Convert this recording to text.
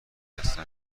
هستن